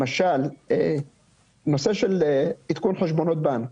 למשל, נושא של עדכון חשבונות בנק.